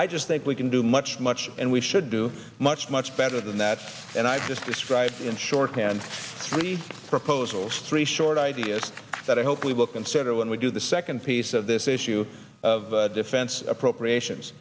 i just think we can do much much and we should do much much better than that and i describe in shorthand these proposals three short ideas that i hope we will consider when we do the second piece of this issue of defense appropriations